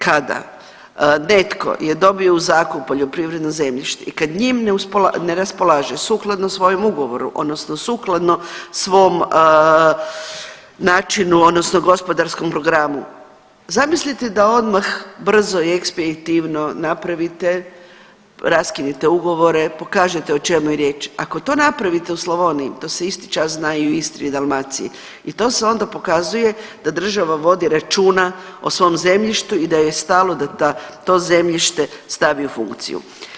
Kada netko je dobio u zakup poljoprivredno zemljište i kad njim ne raspolaže sukladno svojem ugovoru odnosno sukladno svom načinu odnosno gospodarskom programu, zamislite da odmah brzo i ekspeditivno napravite, raskinite ugovore, pokažete o čemu je riječ, ako to napravite u Slavoniji to se isti čas zna i u Istri i Dalmaciji i to se onda pokazuje da država vodi računa o svom zemljištu i da joj je stalo da to zemljište stavi u funkciju.